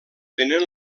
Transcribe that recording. tenen